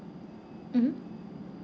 mmhmm